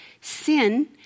Sin